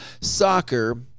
soccer